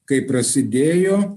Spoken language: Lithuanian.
kai prasidėjo